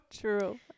true